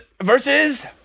versus